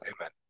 Amen